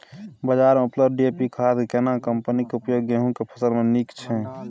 बाजार में उपलब्ध डी.ए.पी खाद के केना कम्पनी के उपयोग गेहूं के फसल में नीक छैय?